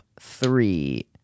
three